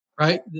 right